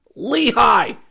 Lehigh